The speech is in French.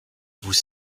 vous